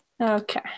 Okay